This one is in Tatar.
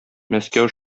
мәскәү